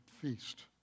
feast